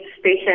Station